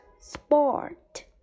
sport